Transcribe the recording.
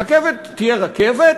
הרכבת תהיה רכבת,